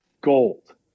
Gold